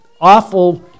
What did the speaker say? awful